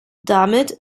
damit